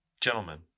Gentlemen